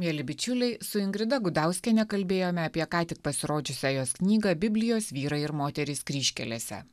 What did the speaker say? mieli bičiuliai su ingrida gudauskiene kalbėjome apie ką tik pasirodžiusią jos knygą biblijos vyrai ir moterys kryžkelėse